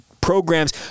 programs